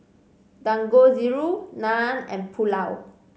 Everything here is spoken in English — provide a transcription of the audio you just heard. Dangojiru Naan and Pulao